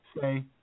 say